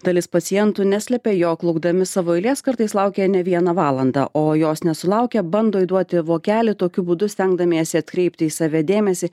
dalis pacientų neslepia jog laukdami savo eilės kartais laukia ne vieną valandą o jos nesulaukę bando įduoti vokelį tokiu būdu stengdamiesi atkreipti į save dėmesį